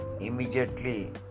immediately